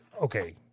okay